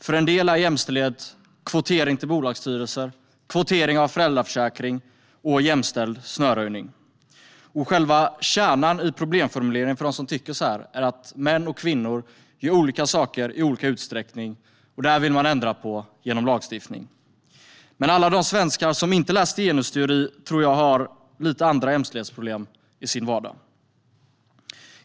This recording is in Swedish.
För en del är jämställdhet kvotering till bolagsstyrelser, kvotering av föräldraförsäkring och jämställd snöröjning. Själva kärnan i problemformuleringen för dem som tycker så här är att män och kvinnor gör olika saker i olika utsträckning, och det vill man ändra på genom lagstiftning. Men alla de svenskar som inte läst genusteori tror jag har andra jämställdhetsproblem i sin vardag.